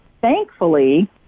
thankfully